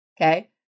Okay